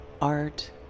art